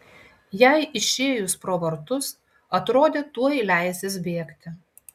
jai išėjus pro vartus atrodė tuoj leisis bėgti